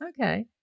Okay